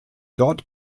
dort